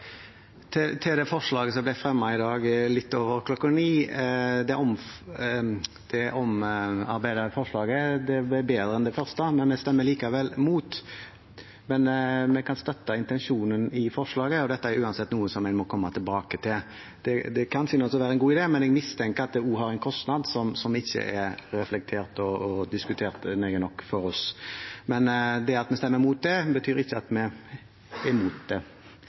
på. Til det forslaget som ble fremmet i dag litt over kl. 9: Det omarbeidede forslaget ble bedre enn det første. Vi stemmer likevel imot, men vi kan støtte intensjonen i forslaget, og dette er uansett noe en må komme tilbake til. Det kan synes å være en god idé, men jeg mistenker at det også har en kostnad som ikke er reflektert og diskutert nøye nok for oss. Men det at vi stemmer imot det, betyr ikke at vi er imot det.